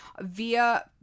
via